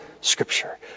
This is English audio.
scripture